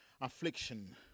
affliction